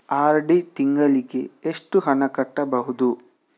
RD ತಿಂಗಳಿಗೆ ಎಷ್ಟು ಹಣ ಕಟ್ಟಬಹುದು?